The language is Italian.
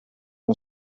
uno